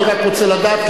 אני רק רוצה לדעת,